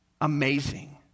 amazing